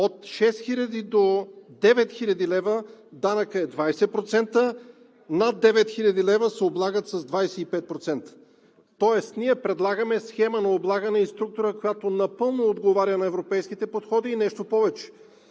до девет хиляди лева данъкът е 20%, над 9000 се облагат с 25%. Тоест ние предлагаме схема на облагане и структура, която напълно отговаря на европейските подходи. Нещо повече,